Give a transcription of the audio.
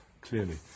clearly